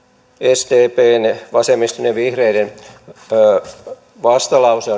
sdpn vasemmiston ja vihreiden vastalause